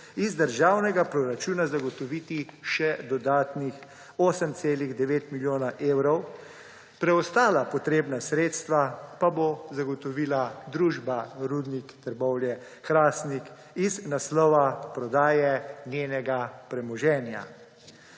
iz državnega proračuna zagotoviti še dodatnih 8,9 milijona evrov, preostala potrebna sredstva pa bo zagotovila družba Rudnik Trbovlje-Hrastnik iz naslova prodaje svojega premoženja.